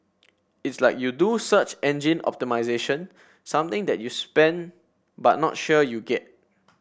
it's like you do search engine optimisation something that you spend but not sure you get